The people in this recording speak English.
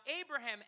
Abraham